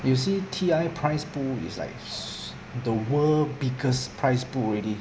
you see T_I prize pool is like s~ the world biggest prize pool already